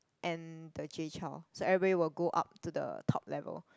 and the Jay-Chouso everybody will go up to the top level